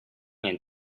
and